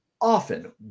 often